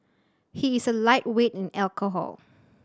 he is a lightweight in alcohol